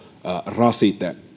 rasite